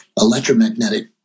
electromagnetic